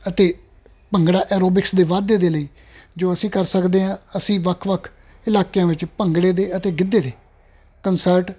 ਅਤੇ ਭੰਗੜਾ ਐਰੋਬਿਕਸ ਦੇ ਵਾਧੇ ਦੇ ਲਈ ਜੋ ਅਸੀਂ ਕਰ ਸਕਦੇ ਹਾਂ ਅਸੀਂ ਵੱਖ ਵੱਖ ਇਲਾਕਿਆਂ ਵਿੱਚ ਭੰਗੜੇ ਦੇ ਅਤੇ ਗਿੱਧੇ ਦੇ ਕੰਸਰਟ